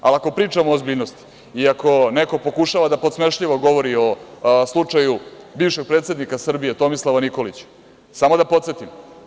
Ali ako pričamo o ozbiljnosti i ako neko pokušava da podsmešljivo govori o slučaju bivšeg predsednika Srbije Tomislava Nikolića, samo da podsetim.